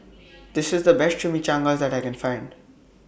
This IS The Best Chimichangas that I Can Find